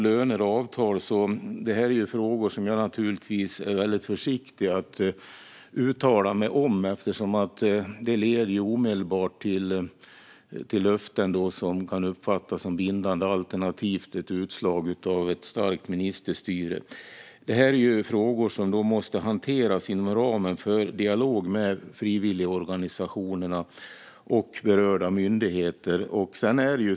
Löner och avtal är frågor som jag är försiktig med att uttala mig om eftersom det leder omedelbart till löften som kan uppfattas som bindande alternativt ett utslag av starkt ministerstyre. Det är frågor som måste hanteras genom dialog med frivilligorganisationerna och berörda myndigheter.